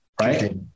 right